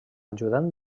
ajudant